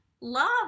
love